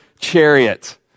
chariot